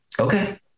Okay